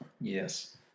Yes